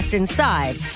inside